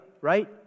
right